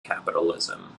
capitalism